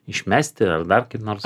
išmesti ar dar kaip nors